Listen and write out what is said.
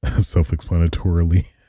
self-explanatorily